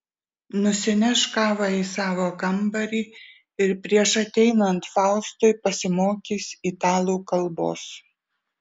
nusineš kavą į savo kambarį ir prieš ateinant faustui pasimokys italų kalbos